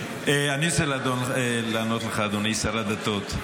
אני רוצה לענות לך, אדוני שר הדתות.